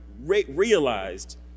realized